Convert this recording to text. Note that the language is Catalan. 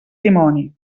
dimoni